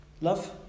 Love